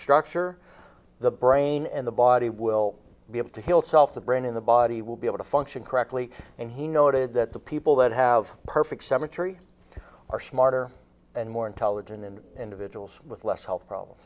structure the brain and the body will be able to heal itself the brain in the body will be able to function correctly and he noted that the people that have perfect symmetry are smarter and more intelligent and individuals with less health problems